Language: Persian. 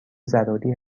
ضروری